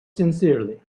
sincerely